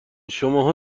شماها